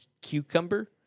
cucumber